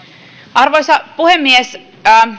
arvoisa puhemies